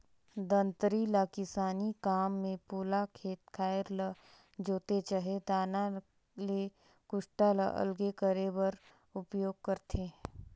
दँतरी ल किसानी काम मे पोला खेत खाएर ल जोते चहे दाना ले कुसटा ल अलगे करे बर उपियोग करथे